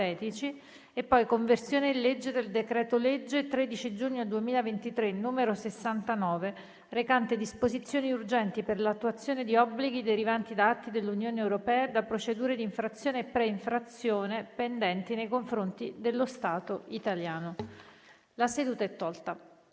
legge:"Conversione in legge del decreto-legge 13 giugno 2023, n. 69, recante disposizioni urgenti per l'attuazione di obblighi derivanti da atti dell'Unione europea e da procedure di infrazione e pre-infrazione pendenti nei confronti dello Stato italiano" (755) (presentato